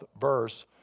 verse